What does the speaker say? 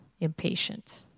Impatient